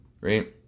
right